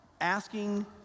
Asking